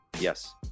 Yes